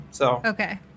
Okay